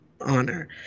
honor